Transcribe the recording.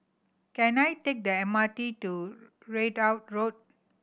can I take the M R T to Ridout Road